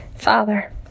Father